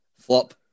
flop